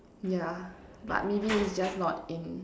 yeah but maybe it's just not in